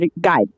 guide